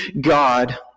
God